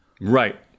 Right